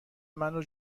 منو